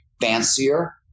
fancier